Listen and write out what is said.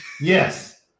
yes